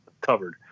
covered